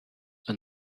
and